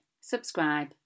subscribe